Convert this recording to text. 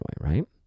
right